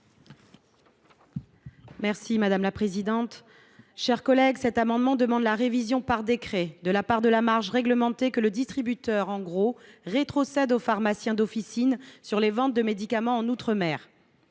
est à Mme Audrey Bélim. Cet amendement tend à la révision par décret de la part de la marge réglementée que le distributeur en gros rétrocède aux pharmaciens d’officine sur les ventes de médicaments en outre mer.